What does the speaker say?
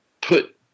put